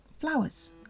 flowers